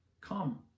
come